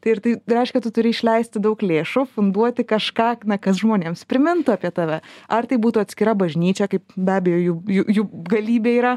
tai ir tai reiškia tu turi išleisti daug lėšų funduoti kažką na kad žmonėms primintų apie tave ar tai būtų atskira bažnyčia kaip be abejo jų jų jų galybė yra